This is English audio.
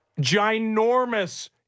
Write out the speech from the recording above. ginormous